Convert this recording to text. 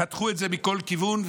חתכו את זה מכל כיוון,